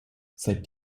seit